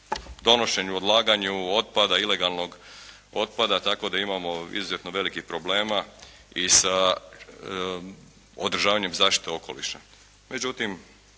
donošenju, odlaganju otpada, ilegalnog otpada tako da imamo izuzetno velikih problema i sa održavanjem zaštite okoliša.